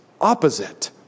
opposite